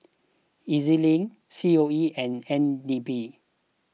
E Z Link C O E and N D P